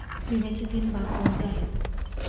विम्याचे तीन भाग कोणते आहेत?